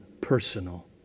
personal